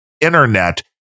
internet